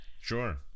Sure